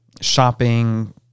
shopping